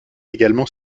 également